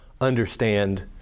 understand